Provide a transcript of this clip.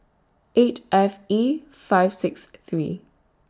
eight F E five six three